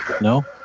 No